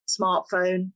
smartphone